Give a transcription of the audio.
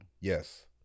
Yes